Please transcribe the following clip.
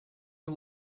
you